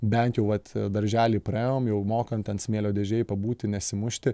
bent jau vat darželį praėjom jau mokam ten smėlio dėžėj pabūti nesimušti